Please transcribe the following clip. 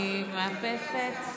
אני מאפסת.